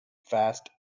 fast